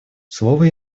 слово